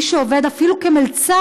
מי שעובד אפילו כמלצר,